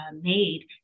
made